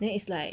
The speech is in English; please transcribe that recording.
then it's like